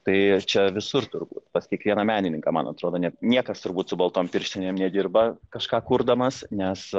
tai čia visur turbūt pas kiekvieną menininką man atrodo ne niekas turbūt su baltom pirštinėm nedirba kažką kurdamas nes